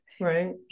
Right